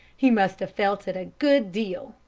he must have felt it a good deal,